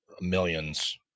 millions